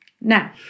now